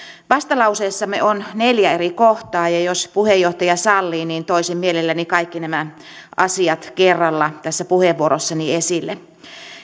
vastalauseessamme on neljä eri kohtaa ja jos puheenjohtaja sallii niin toisin mielelläni kaikki nämä asiat kerralla tässä puheenvuorossani esille